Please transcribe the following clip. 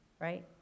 right